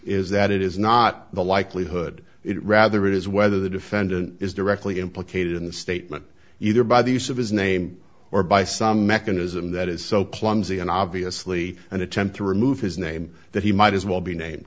is that it is not the likelihood it rather it is whether the defendant is directly implicated in the statement either by the use of his name or by some mechanism that is so clumsy and obviously an attempt to remove his name that he might as well be name